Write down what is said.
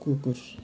कुकुर